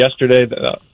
yesterday